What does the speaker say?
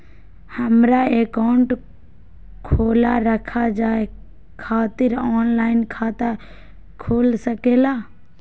हमारा अकाउंट खोला रखा जाए खातिर ऑनलाइन खाता खुल सके ला?